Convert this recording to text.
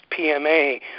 PMA